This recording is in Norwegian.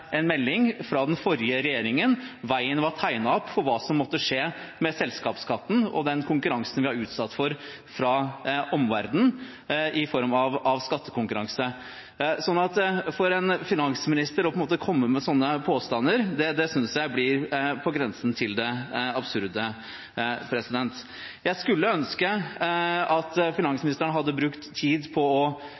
en melding fra den forrige regjeringen. Veien var tegnet opp for hva som måtte skje med selskapsskatten og konkurransen vi var utsatt for fra omverdenen i form av skattekonkurranse. Så for en finansminister å komme med sånne påstander, synes jeg blir på grensen til det absurde. Jeg skulle ønske finansministeren hadde brukt tid på å